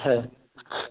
হ্যাঁ